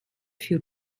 für